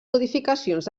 modificacions